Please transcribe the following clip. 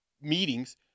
meetings